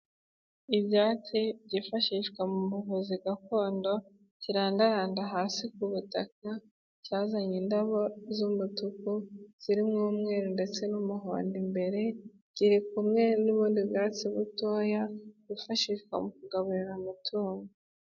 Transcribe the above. Ibyatsi byifashishwa mu buvuzi gakondo kirandahandada hasi ku butaka, cyazanye indabo z'umutuku zirimo umweru ndetse n'umuhondo imbere, kiri kumwe n'ubundi bwatsi butoya bwifashishwa mu kugaburira amatungo.